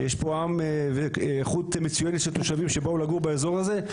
יש פה עם ואיכות מצוינת של תושבים שבאו לגור באזור הזה.